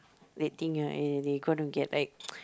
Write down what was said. they think ah they gonna get like